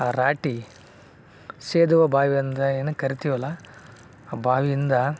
ಆ ರಾಟೆ ಸೇದುವ ಬಾವಿ ಅಂದು ಏನು ಕರಿತೀವಲ್ಲ ಆ ಬಾವಿಯಿಂದ